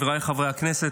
חבריי חברי הכנסת,